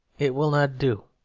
it will not do.